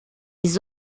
ils